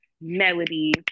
Melody